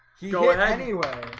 you know what anyway?